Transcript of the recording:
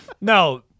no